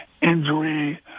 injury